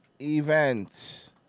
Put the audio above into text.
events